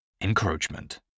Encroachment